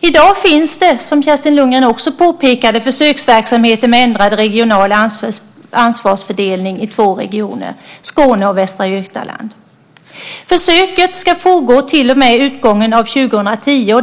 I dag finns det, som Kerstin Lundgren också påpekade, försöksverksamheter med ändrad regional ansvarsfördelning i två regioner, Skåne och Västra Götaland. Försöket ska pågå till och med utgången av 2010.